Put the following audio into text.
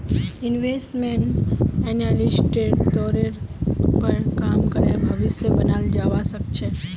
investment एनालिस्टेर तौरेर पर काम करे भविष्य बनाल जावा सके छे